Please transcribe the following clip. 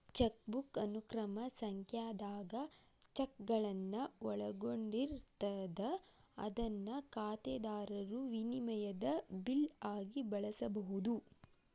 chequebook ಅನುಕ್ರಮ ಸಂಖ್ಯಾದಾಗ ಚೆಕ್ಗಳನ್ನ ಒಳಗೊಂಡಿರ್ತದ ಅದನ್ನ ಖಾತೆದಾರರು ವಿನಿಮಯದ ಬಿಲ್ ಆಗಿ ಬಳಸಬಹುದು